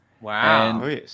Wow